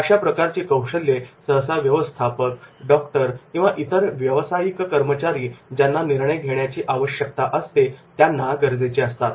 अशा प्रकारची कौशल्ये सहसा व्यवस्थापक डॉक्टर किंवा इतर व्यवसायिक कर्मचारी ज्यांना निर्णय घेण्याची आवश्यकता असते त्यांना गरजेची असतात